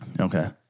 Okay